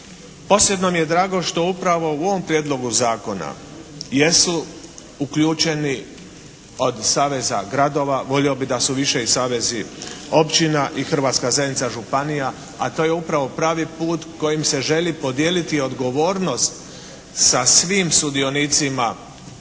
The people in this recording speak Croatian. Posebno mi je drago što upravo u ovom prijedlogu zakona jesu uključeni od saveza gradova, volio bih da su i više i savezi općina i Hrvatska zajednica županija, a to je upravo pravi put kojim se želi podijeliti odgovornost sa svim sudionicima u